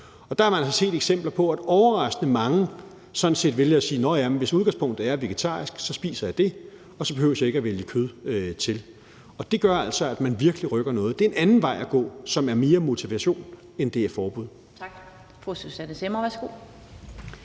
Der har man også set eksempler på, at overraskende mange sådan set vælger at sige: Nåh ja, hvis udgangspunktet er vegetarisk, så spiser jeg det, og så behøver jeg ikke at vælge kød til. Det gør altså, at man virkelig rykker noget. Det er en anden vej at gå, som er mere motivation, end det er forbud.